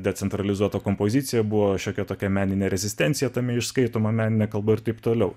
decentralizuota kompozicija buvo šiokia tokia meninė rezistencija tame išskaitomame nekalba ir taip toliau